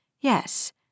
Yes